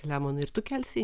selemonai ir tu kelsi